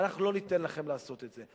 ואנחנו לא ניתן לכם לעשות את זה.